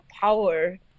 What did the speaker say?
power